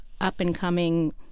up-and-coming